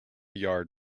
yard